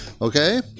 okay